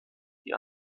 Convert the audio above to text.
die